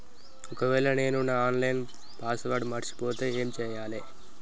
ఒకవేళ నేను నా ఆన్ లైన్ పాస్వర్డ్ మర్చిపోతే ఏం చేయాలే?